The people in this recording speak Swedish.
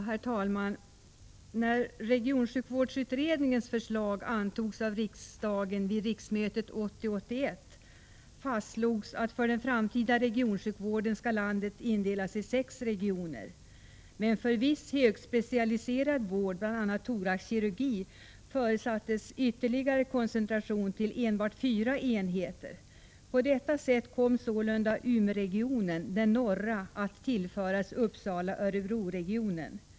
Herr talman! När regionsjukvårdsutredningens förslag antogs av riksdagen vid riksmötet 1980/81 fastslogs att för den framtida regionsjukvården skall landet indelas i sex regioner. Men för viss högspecialiserad vård, bl.a. thoraxkirurgi, förutsattes ytterligare koncentration till enbart fyra enheter. På detta sätt kom sålunda Umeåregionen, den norra, att tillföras Uppsala— Örebro-regionen.